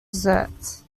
desserts